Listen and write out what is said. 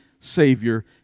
Savior